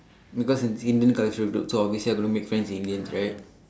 because it's Indian cultural group so obviously I will make friends with Indians right